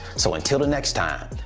so until the next time,